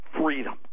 freedom